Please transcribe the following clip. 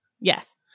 Yes